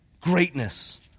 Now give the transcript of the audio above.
greatness